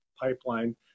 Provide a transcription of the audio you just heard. pipeline